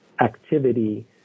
activity